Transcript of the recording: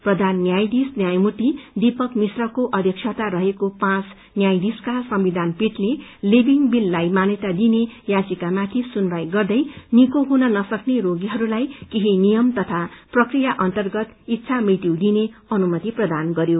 प्रधान न्यायाधीश न्यायमूर्ति दीपक मिश्रको अध्यक्षता रहेको पाँच न्यायाधीशका संविधान पीठले लिभिङ बीललाई मान्यता दिइने याचिकामाथि सुनवाई गर्दै निको हुन नसक्ने रोगीहरूलाई केही नियम तथा प्रक्रिया अन्तर्गत इच्छा मृत्यु दिइने अनुमति प्रदान गरयो